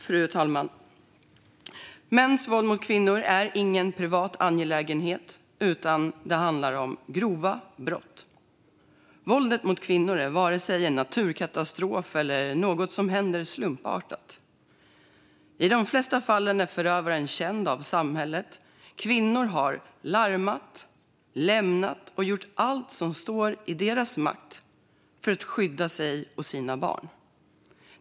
Fru talman! Mäns våld mot kvinnor är ingen privat angelägenhet, utan det handlar om grova brott. Våldet mot kvinnor är varken en naturkatastrof eller något slumpartat. I de flesta fallen är förövaren känd av samhället. Kvinnor har larmat, lämnat och gjort allt som står i deras makt för att skydda sig och sina barn.